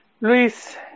Luis